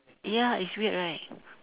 ya it's weird right